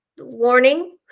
Warning